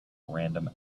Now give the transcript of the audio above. random